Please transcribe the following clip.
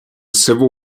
civil